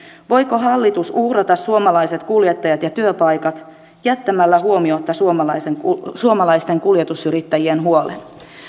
voiko hallitus uhrata suomalaiset kuljettajat ja työpaikat jättämällä huomiotta suomalaisten kuljetusyrittäjien huolen